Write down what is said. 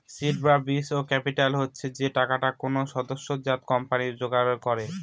seed বা বীজ capital হচ্ছে যে টাকাটা কোনো সদ্যোজাত কোম্পানি জোগাড় করে